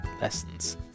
lessons